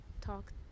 talk